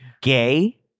gay